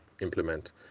implement